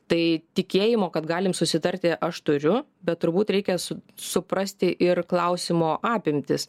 tai tikėjimo kad galim susitarti aš turiu bet turbūt reikia su suprasti ir klausimo apimtis